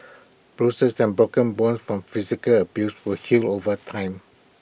bruises and broken bones from physical abuse will heal over time